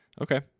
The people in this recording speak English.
Okay